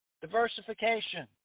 diversification